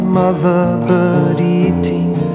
mother-bird-eating